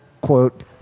quote